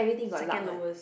second lowest